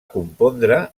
compondre